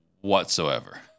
whatsoever